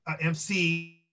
MC